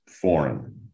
foreign